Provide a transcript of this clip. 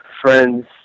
friends